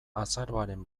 azaroaren